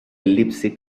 leipzig